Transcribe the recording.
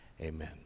amen